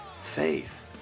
faith